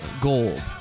gold